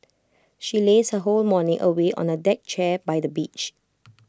she lazed her whole morning away on A deck chair by the beach